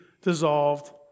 dissolved